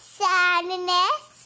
sadness